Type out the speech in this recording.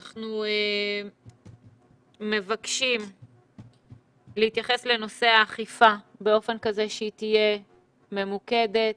אנחנו מבקשים להתייחס לנושא האכיפה באופן כזה שהיא תהיה ממוקדת,